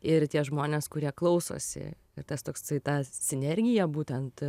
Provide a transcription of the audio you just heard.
ir tie žmonės kurie klausosi ir tas toksai ta sinergija būtent